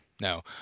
No